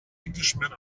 englishman